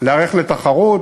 להיערך לתחרות.